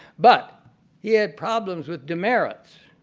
but he had problems with demerits,